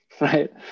right